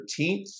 13th